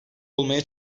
olmaya